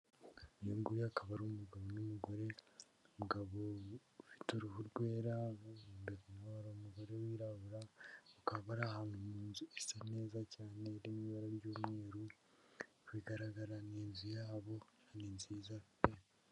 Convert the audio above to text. Uyu ngu akaba ari umugabo n'umugore n'umugabo ufite uruhu rwera bombe nawe ari umugore wirabura ukaba ari ahantu mu nzu isa neza cyane iri mu ibara ry'umweru bigaragara ni inzu yabo ni nziza pe!